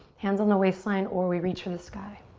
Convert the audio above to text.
hands on the waistline or we reach for the sky.